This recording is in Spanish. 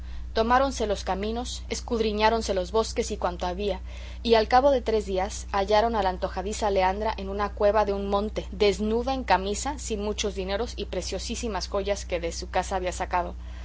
listos tomáronse los caminos escudriñáronse los bosques y cuanto había y al cabo de tres días hallaron a la antojadiza leandra en una cueva de un monte desnuda en camisa sin muchos dineros y preciosísimas joyas que de su casa había sacado